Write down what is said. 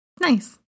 Nice